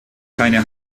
keine